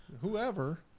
whoever